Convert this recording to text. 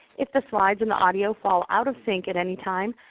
if the slides and the audio fall out of sync at any time,